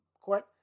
court